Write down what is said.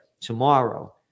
tomorrow